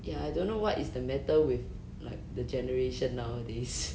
ya I don't know what is the matter with like the generation nowadays